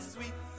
Sweet